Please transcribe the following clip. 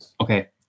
Okay